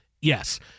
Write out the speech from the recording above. Yes